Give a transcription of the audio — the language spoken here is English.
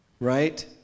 right